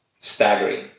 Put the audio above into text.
staggering